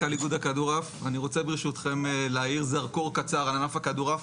אני רוצה ברשותכם להאיר זרקור קצר על ענף הכדורעף.